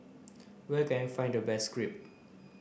where can I find the best Crepe